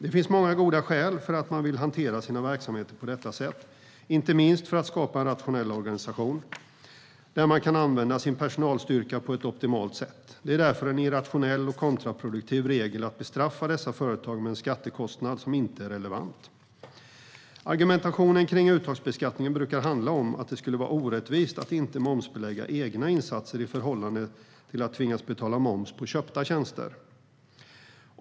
Det finns många goda skäl att vilja hantera sina verksamheter på detta sätt, inte minst att skapa en rationell organisation där man kan använda sin personalstyrka på ett optimalt sätt. Det är därför en irrationell och kontraproduktiv regel att bestraffa dessa företag med en skattekostnad som inte är relevant. Argumentationen kring uttagsbeskattningen brukar handla om att det skulle vara orättvist att inte betala moms på egna insatser i förhållande till att tvingas betala moms på köpta tjänster.